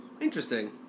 interesting